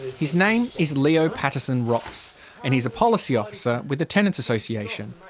his name is leo patterson ross and he's a policy officer with the tenants association.